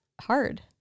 hard